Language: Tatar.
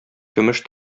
көмеш